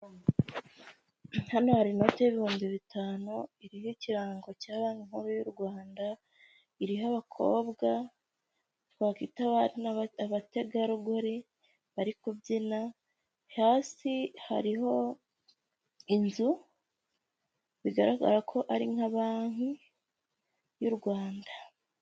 Hano hari inote y'ibihumbi bitanu iriho ikirango cya banki nkuru y'u Rwanda. Iriho abakobwa bakita abari n'abategarugori bari kubyina, hasi hariho inzu bigaragara ko ari nka banki y'u Rwanda.